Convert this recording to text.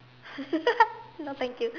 no thank you